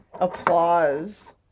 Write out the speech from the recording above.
applause